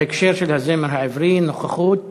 בהקשר של הזמר העברי, נוכחות מרשימה.